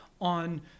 on